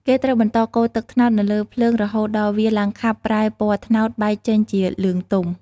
គេត្រូវបន្តកូរទឹកត្នោតនៅលើភ្លើងរហូតដល់វាឡើងខាប់ ប្រែពណ៌ត្នោតបែកចេញជាលឿងទុំ។